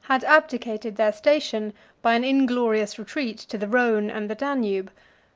had abdicated their station by an inglorious retreat to the rhone and the danube